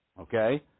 okay